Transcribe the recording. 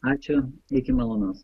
ačiū iki malonus